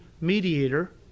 mediator